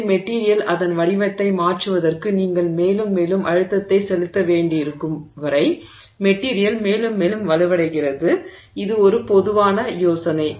எனவே மெட்டிரியல் அதன் வடிவத்தை மாற்றுவதற்கு நீங்கள் மேலும் மேலும் அழுத்தத்தை செலுத்த வேண்டியிருக்கும் வரை மெட்டிரியல் மேலும் மேலும் வலுவடைகிறது இது ஒரு பொதுவான யோசனை